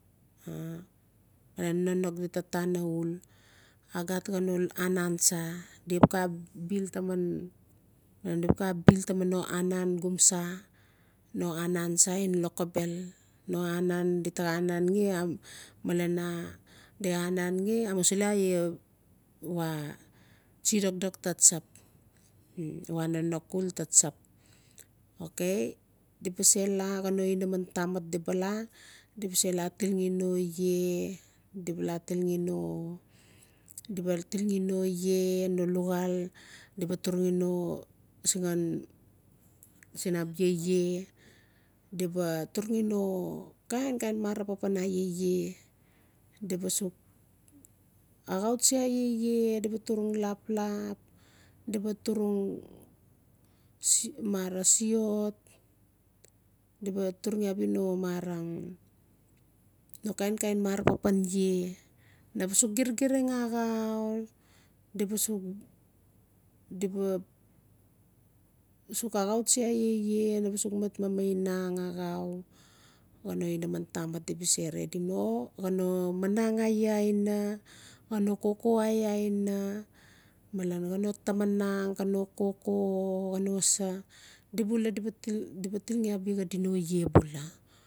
Malen nonok di taa tan uul a xat xaa no aran tsa di xap xaa bill taman no anan xom sa no anan tsa xan loxovvel no anan di taa xaa anangi malen a di xaa anangi amusili iaa uaa tsi dokdokd taa tsap uaa nonok uul taa tsap okau di ba se laa no inaman tamat di ba se laa tilxi no iaa di ba laa tilxi no iaa no luxal di ba turingi no saxan a bia iaa di ba t uringi no kain-kain mara papan iaa iaa di ba sux axau tsi abia iaa di ba turugi laplap di baturugi siot di ba turugi abia no marang kain-kain mara papan iaa na ba sux girgiring axau di ba sux di ba sux axau tsi iaa iaa na ba sux mat mamanang axau xaa na inamantamat di ba se o xan o manang iaa aina xaa no koko iaa aina malen xan no tamang xaa no koko o xaa no sa di bu la di ba tilgi abia xaa di no iaa bula